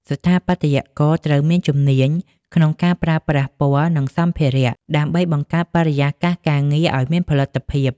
ស្ថាបត្យករត្រូវមានជំនាញក្នុងការប្រើប្រាស់ពណ៌ និងសម្ភារៈ ដើម្បីបង្កើតបរិយាកាសការងារឱ្យមានផលិតភាព។